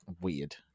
weird